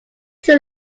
too